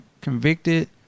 convicted